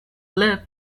lip